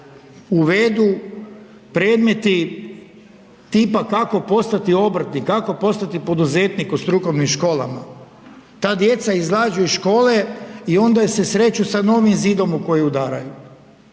uvedu predmeti tipa kako postati obrtnik, kako postati poduzetnik u strukovnim školama. Ta djeca izađu iz škole i onda se sreću sa novim zidom u koji udaraju.